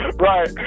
Right